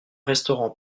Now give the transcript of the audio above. restaurant